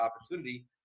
opportunity